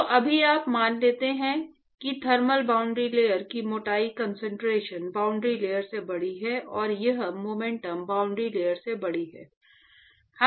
तो अभी आप मान लेते हैं कि थर्मल बाउंड्री लेयर की मोटाई कंसंट्रेशन बाउंड्री लेयर से बड़ी है और यह मोमेंटम बाउंड्री लेयर से बड़ी है